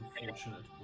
unfortunate